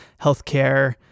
healthcare